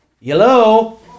Hello